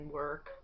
work